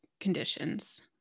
conditions